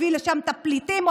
הביא לשם את הפליטים,